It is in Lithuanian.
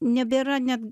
nebėra ne